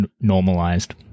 normalized